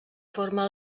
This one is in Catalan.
forma